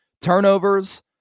turnovers